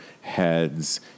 heads